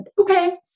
okay